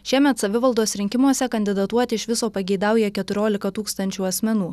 šiemet savivaldos rinkimuose kandidatuoti iš viso pageidauja keturiolika tūkstančių asmenų